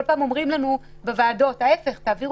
כל פעם אומרים לנו בוועדות את ההפך שיהיו